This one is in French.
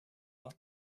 leur